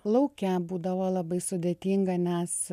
lauke būdavo labai sudėtinga nes